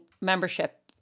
membership